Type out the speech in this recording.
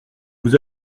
vous